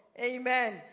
Amen